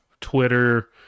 Twitter